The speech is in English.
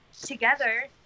together